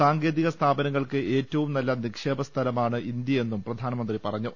സാങ്കേതിക സ്ഥാപനങ്ങൾക്ക് ഏറ്റവും നല്ല നിക്ഷേപസ്ഥല മാണ് ഇന്ത്യയെന്നും പ്രധാനമന്ത്രി പറഞ്ഞു